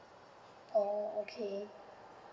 oh okay